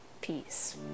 peace